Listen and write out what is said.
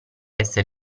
esser